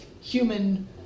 human